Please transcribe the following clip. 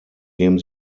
dem